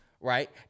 right